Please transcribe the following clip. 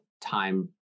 time